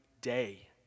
day